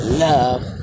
love